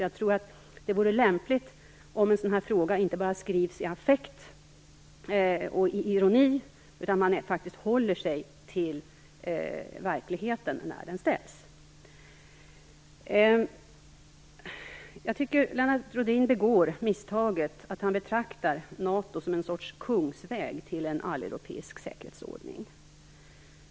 Jag tror att det vore lämpligt om en sådan här fråga inte skrivs i affekt och med ironi. I stället bör man faktiskt hålla sig till verkligheten när man ställer den. Jag tycker att Lennart Rohdin begår misstaget att betrakta NATO som ett slags kungsväg till en alleuropeisk säkerhetsordning.